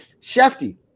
Shefty